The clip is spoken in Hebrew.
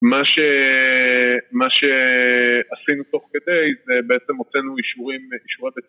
מה ש... מה שעשינו תוך כדי זה בעצם הוצאנו אישורים